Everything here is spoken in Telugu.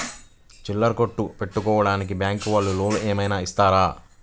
చిల్లర కొట్టు పెట్టుకోడానికి బ్యాంకు వాళ్ళు లోన్ ఏమైనా ఇస్తారా?